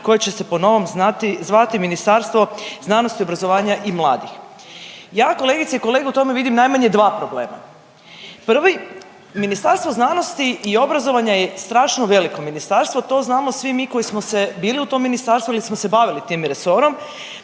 koje će se po novom zvati Ministarstvo znanosti, obrazovanja i mladih. Ja kolegice i kolege u tome vidim najmanje dva problema. Prvi, Ministarstvo znanosti i obrazovanja je strašno veliko ministarstvo, to znamo svi mi koji smo bili u tom ministarstvu ili smo se bavili tim resorom,